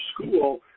school